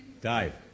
Dave